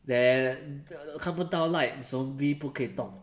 then 看不到 light zombie 不可以动